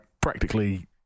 Practically